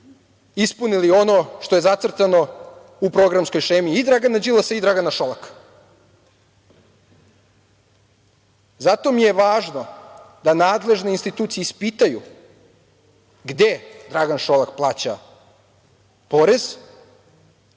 ispunili ono što je zacrtano u programskoj šemi i Dragana Đilasa i Dragana Šolaka. Zato mi je važno da nadležne institucije ispitaju gde Dragan Šolak plaća porez,